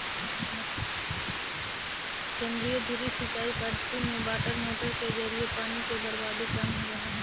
केंद्रीय धुरी सिंचाई पद्धति में वाटरमोटर के जरिए पानी के बर्बादी कम होवऽ हइ